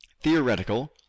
Theoretical